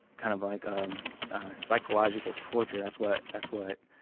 kind of like um psychological torture, that's what that's what